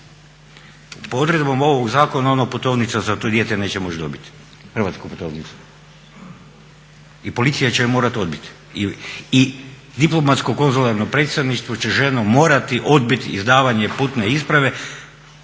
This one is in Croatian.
Po odredbama ovog zakona ona putovnicu za to dijete neće moći dobiti, hrvatsku putovnicu i policija će je morati odbiti. I diplomatsko-konzularno predstavništvo će ženu morati odbiti izdavanje putne isprave